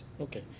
Okay